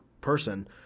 person